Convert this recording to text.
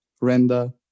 render